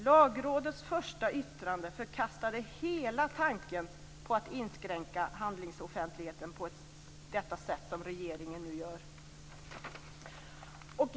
Lagrådets första yttrande förkastade hela tanken på att inskränka handlingsoffentligheten på det sätt som regeringen nu gör.